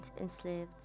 enslaved